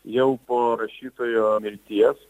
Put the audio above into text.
jau po rašytojo mirties